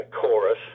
chorus